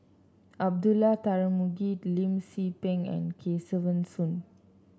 Abdullah Tarmugi Lim Tze Peng and Kesavan Soon